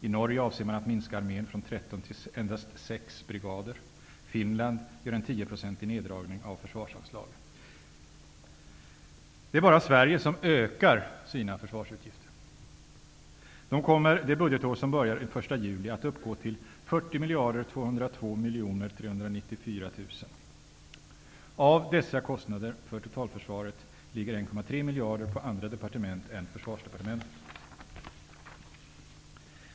I Norge avser man att minska armén från 13 till endast 6 brigader. Finland gör en 10-procentig neddragning av försvarsanslagen. Det är bara Sverige som ökar sina försvarsutgifter. De kommer det budgetår som börjar den 1 juli att uppgå till 40 202 394 000 kr. Av dessa kostnader för totalförsvaret ligger 1,3 miljarder på andra departement är Försvarsdepartementet.